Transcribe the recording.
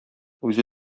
үзе